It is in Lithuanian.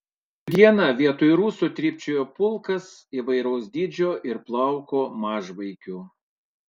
skrydžio dieną vietoj rusų trypčiojo pulkas įvairaus dydžio ir plauko mažvaikių